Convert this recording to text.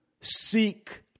seek